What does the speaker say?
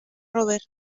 rober